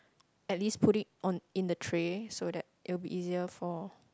at least put it on in the tray so that it will be easier for